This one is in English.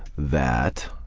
that